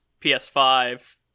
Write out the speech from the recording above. PS5